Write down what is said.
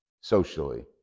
socially